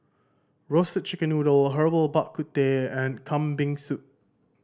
Roasted Chicken Noodle Herbal Bak Ku Teh and Kambing Soup